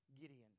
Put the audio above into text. Gideon